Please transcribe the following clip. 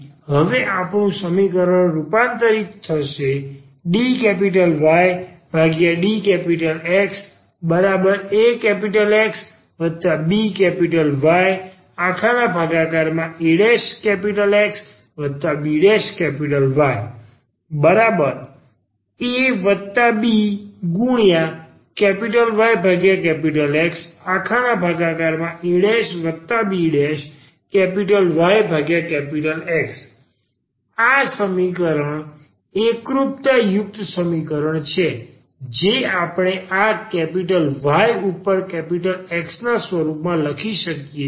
તેથી હવે આપણું સમીકરણ રૂપાંતરીત થશે ⟹dYdXaXbYaXbYabYXabYX આ સમીકરણ એકરૂપતા યુક્ત સમીકરણ છે જે આપણે આ Y ઉપર X ના સ્વરૂપમાં લખી શકીએ છીએ